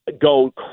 go